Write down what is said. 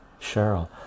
Cheryl